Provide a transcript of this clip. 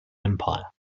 empire